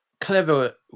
clever